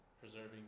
preserving